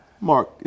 Mark